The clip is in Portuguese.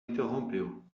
interrompeu